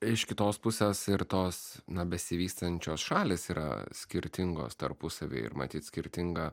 iš kitos pusės ir tos na besivystančios šalys yra skirtingos tarpusavy ir matyt skirtingą